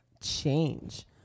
change